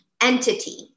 entity